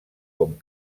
com